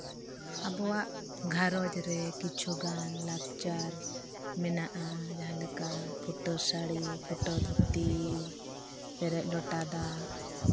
ᱟᱵᱚᱣᱟᱜ ᱜᱷᱟᱨᱚᱸᱡᱽ ᱨᱮ ᱠᱤᱪᱷᱩᱜᱟᱱ ᱞᱟᱠᱪᱟᱨ ᱢᱮᱱᱟᱜᱼᱟ ᱡᱟᱦᱟᱸ ᱞᱮᱠᱟ ᱯᱷᱩᱴᱟᱹᱣ ᱥᱟᱹᱲᱤ ᱯᱷᱩᱴᱟᱹᱣ ᱫᱷᱩᱛᱤ ᱯᱮᱨᱮᱡ ᱞᱚᱴᱟ ᱫᱟᱜ